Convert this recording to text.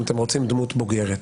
אם אתם רוצים דמות בוגרת.